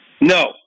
No